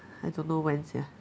I don't know when sia